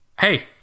Hey